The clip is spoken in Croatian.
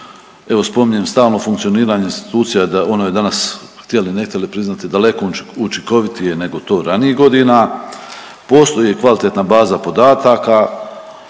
Evo spominjem stalno funkcioniranje institucija, ono je danas htjeli, ne htjeli priznati daleko učinkovitije nego to ranijih godina, postoji kvalitetna baza podataka,